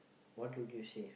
what will you save